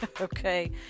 okay